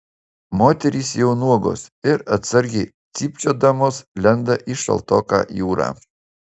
moterys jau nuogos ir atsargiai cypčiodamos lenda į šaltoką jūrą